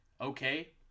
okay